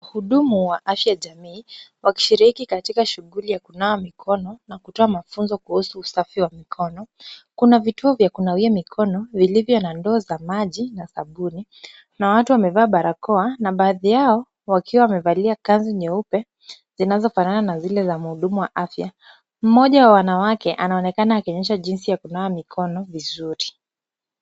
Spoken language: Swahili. Wahudumu wa afya jamii, wakishiriki katika shughuli ya kunawa mikono na kutoa mafunzo kuhusu usafi wa mikono. Kuna vituo vya kunawia mikono vilivyo na ndoo za maji na sabuni. Kuna watu wamevalia barakoa na baadhi yao wakiwa wamevalia kanzu nyeupe, zinazofanana na zile za mhudumu wa afya. Mmoja wa wanawake anaonekana akionyesha jinsi ya kunawa mikono vizuri.